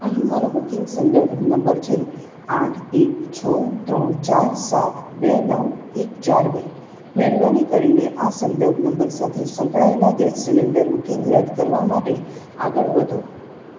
અહીં મારો બુકિંગ સંદર્ભ નંબર છે આઠ એક છો ત્રણ ચાર સાત બે નવ એક ચાર બે મહેરબાની કરીને આ સંદર્ભ નંબર સાથે સંકળાયેલાં ગેસ સિલિન્ડર બુકિંગ રદ કરવા માટે આગળ વધો